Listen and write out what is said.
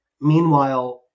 meanwhile